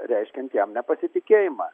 reiškiant jam nepasitikėjimą